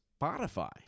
Spotify